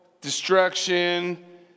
destruction